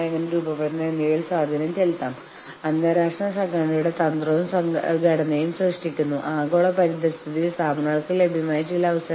union അംഗങ്ങൾ ഒരു നീണ്ട സമരത്തിന്റെ ചെലവ് സ്വീകരിക്കാൻ തയ്യാറാണ് എന്ന് യൂണിയൻ നേതാക്കൾ വിശ്വസിക്കുമ്പോൾ അവർ വിതരണ വിലപേശൽ തന്ത്രങ്ങൾ സ്വീകരിച്ചേക്കാം